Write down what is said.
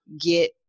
get